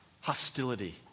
Hostility